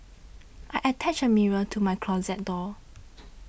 I attached a mirror to my closet door